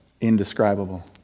Indescribable